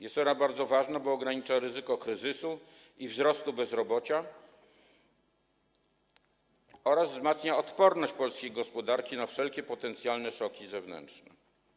Jest ona bardzo ważna, bo ogranicza ryzyko kryzysu i wzrostu bezrobocia oraz wzmacnia odporność polskiej gospodarki na wszelkie potencjalne szoki zewnętrzne.